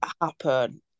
happen